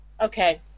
okay